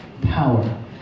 power